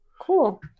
Cool